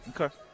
Okay